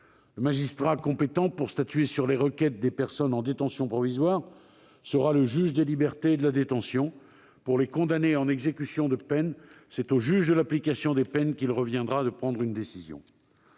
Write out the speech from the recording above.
Le magistrat compétent pour statuer sur les requêtes des personnes en détention provisoire sera le juge des libertés et de la détention. Pour les condamnés en exécution de peine, c'est au juge de l'application des peines qu'il reviendra de prendre une décision.